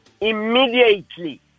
immediately